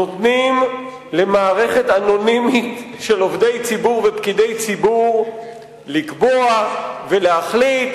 נותנים למערכת אנונימית של עובדי ציבור ופקידי ציבור לקבוע ולהחליט,